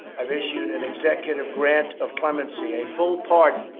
i've issued an executive grant of clemency, a full pardon,